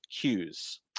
cues